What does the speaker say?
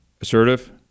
assertive